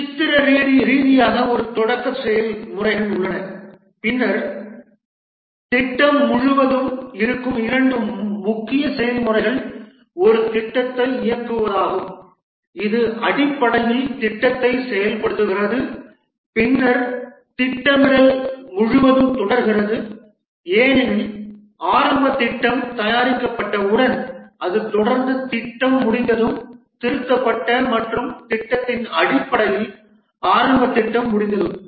சித்திர ரீதியாக ஒரு தொடக்க செயல்முறைகள் உள்ளன பின்னர் திட்டம் முழுவதும் இருக்கும் 2 முக்கிய செயல்முறைகள் ஒரு திட்டத்தை இயக்குவதாகும் இது அடிப்படையில் திட்டத்தை செயல்படுத்துகிறது பின்னர் திட்டமிடல் முழுவதும் தொடர்கிறது ஏனெனில் ஆரம்ப திட்டம் தயாரிக்கப்பட்டவுடன் அது தொடர்ந்து திட்டம் முடிந்ததும் திருத்தப்பட்ட மற்றும் திட்டத்தின் அடிப்படையில் ஆரம்ப திட்டம் முடிந்ததும்